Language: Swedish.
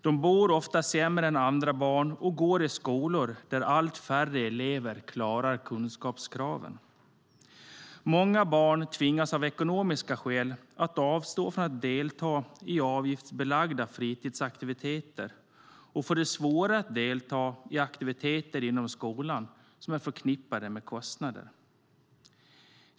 De bor ofta sämre än andra barn och går i skolor där allt färre elever klarar kunskapskraven. Många barn tvingas av ekonomiska skäl att avstå från att delta i avgiftsbelagda fritidsaktiviteter; de får svårare att delta i aktiviteter inom skolan som är förknippade med kostnader.